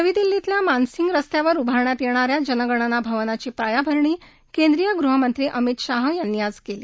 नवी दिल्लीतल्या मानसिंह रस्त्यावर उभारण्यात येणाऱ्या जनगणना भवनची पायाभरणी केंद्रीय गृहमंत्री अमित शाह यांनी आज केली